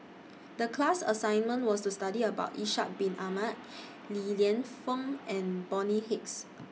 The class assignment was to study about Ishak Bin Ahmad Li Lienfung and Bonny Hicks